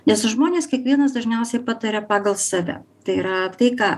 nes žmonės kiekvienas dažniausiai pataria pagal save tai yra tai ką